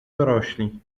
dorośli